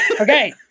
Okay